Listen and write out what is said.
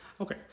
Okay